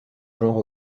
genre